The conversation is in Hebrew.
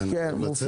כי אני צריך לצאת.